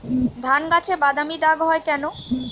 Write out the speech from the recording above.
ধানগাছে বাদামী দাগ হয় কেন?